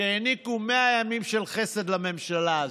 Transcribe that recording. שהעניקו 100 ימים של חסד לממשלה הזו.